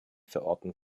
verorten